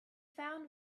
found